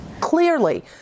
clearly